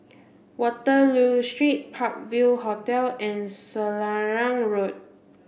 Waterloo Street Park View Hotel and Selarang Road